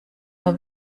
nur